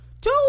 two